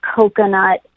coconut